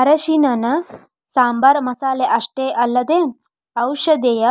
ಅರಿಶಿಣನ ಸಾಂಬಾರ್ ಮಸಾಲೆ ಅಷ್ಟೇ ಅಲ್ಲದೆ ಔಷಧೇಯ